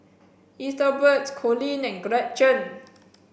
Ethelbert Coleen and Gretchen